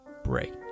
break